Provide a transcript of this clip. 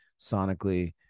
sonically